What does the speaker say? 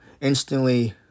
instantly